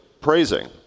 praising